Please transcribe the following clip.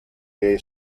gay